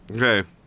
Okay